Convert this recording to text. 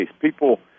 People